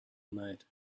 night